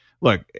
look